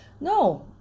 No